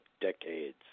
decades